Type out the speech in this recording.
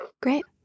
Great